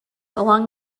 along